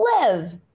live